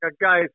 guys